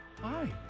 hi